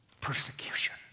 persecution